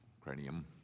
cranium